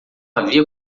havia